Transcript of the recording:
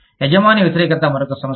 యజమాని వ్యతిరేకత మరొక సమస్య